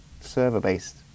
server-based